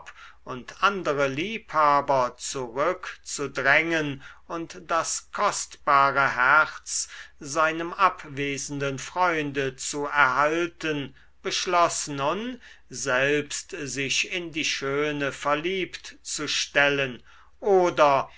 und andere liebhaber zurückzudrängen und das kostbare herz seinem abwesenden freunde zu erhalten beschloß nun selbst sich in die schöne verliebt zu stellen oder